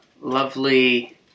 lovely